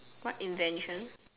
what invention